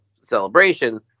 celebration